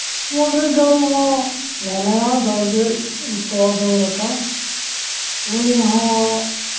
ᱢᱩᱰᱨᱤ ᱜᱟᱹᱭ ᱦᱚᱸ ᱢᱮᱱᱟᱭᱟ ᱡᱟᱜᱮ ᱛᱚᱣᱟ ᱡᱚᱢ ᱞᱮᱠᱟ ᱩᱱᱤ ᱦᱚᱸ